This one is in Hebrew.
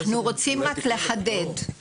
אנחנו רוצים לחדד,